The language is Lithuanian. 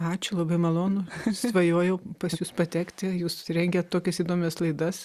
ačiū labai malonu svajojau pas jus patekti jūs rengiat tokias įdomias laidas